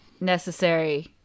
necessary